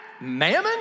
Mammon